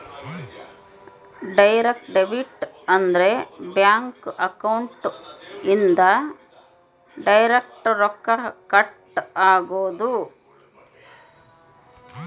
direct debit ಅಂದ್ರ bank account ಇಂದ direct ರೊಕ್ಕ ಕಟ್ ಆಗೋದು